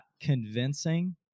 Convincing